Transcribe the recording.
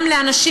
גם לאנשים